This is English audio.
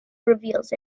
reveals